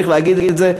צריך להגיד את זה,